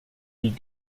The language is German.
die